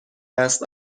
است